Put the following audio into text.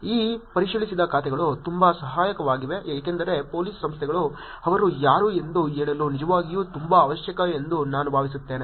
ಈ ಪರಿಶೀಲಿಸಿದ ಖಾತೆಗಳು ತುಂಬಾ ಸಹಾಯಕವಾಗಿವೆ ಏಕೆಂದರೆ ಪೋಲೀಸ್ ಸಂಸ್ಥೆಗಳು ಅವರು ಯಾರು ಎಂದು ಹೇಳಲು ನಿಜವಾಗಿಯೂ ತುಂಬಾ ಅವಶ್ಯಕ ಎಂದು ನಾನು ಭಾವಿಸುತ್ತೇನೆ